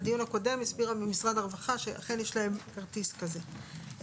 בדיון הקודם הסבירו במשרד הרווחה שאכן יש להם כרטיס כזה.